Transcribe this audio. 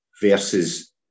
versus